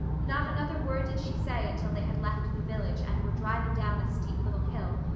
not another word did she say until they had left the village and were driving down a steep little hill,